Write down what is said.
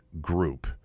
group